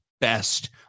best